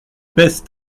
baisse